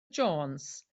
jones